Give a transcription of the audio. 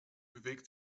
bewegt